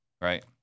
Right